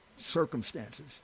circumstances